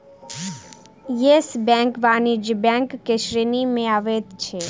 yes Bank वाणिज्य bank के श्रेणी में अबैत अछि